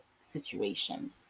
situations